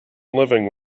living